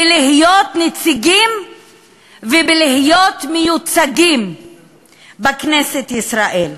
להיות נציגים ולהיות מיוצגים בכנסת ישראל.